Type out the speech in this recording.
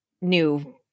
new